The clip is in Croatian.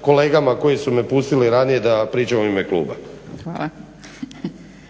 kolegama koji su me pustili ranije da pričam u ime kluba. **Zgrebec, Dragica (SDP)** Hvala.